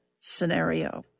scenario